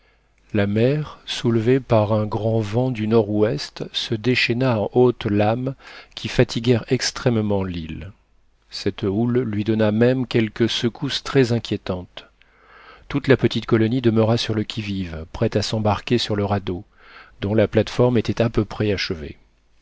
la mer soulevée par un grand vent du nord-ouest se déchaîna en hautes lames qui fatiguèrent extrêmement l'île cette houle lui donna même quelques secousses très inquiétantes toute la petite colonie demeura sur le qui-vive prête à s'embarquer sur le radeau dont la plateforme était à peu près achevée